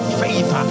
faith